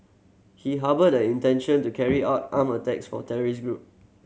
he harboured the intention to carry out armed attacks for terrorist group